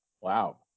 Wow